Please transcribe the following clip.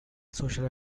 social